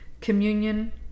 Communion